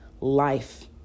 life